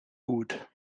gut